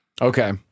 okay